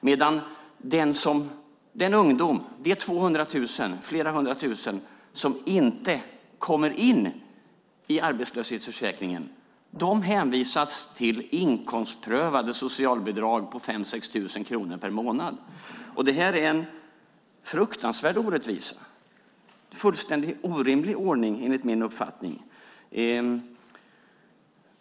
Med de flera hundra tusen ungdomar som däremot inte kommer in i arbetslöshetsförsäkringen hänvisas till inkomstprövade socialbidrag på 5 000-6 000 kronor per månad. Det här är en fruktansvärd orättvisa. Det är en fullständigt orimlig ordning enligt min uppfattning.